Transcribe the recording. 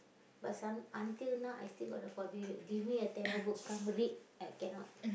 but some until now I still got the phobia you give me a Tamil book come read I cannot